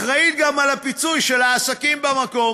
אחראית גם לפיצוי העסקים במקום